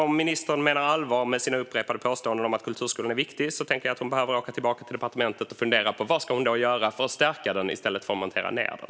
Om ministern menar allvar med sina upprepade påståenden om att kulturskolan är viktig tänker jag att hon behöver åka tillbaka till departementet och fundera över vad hon ska göra för att stärka den i stället för att montera ned den.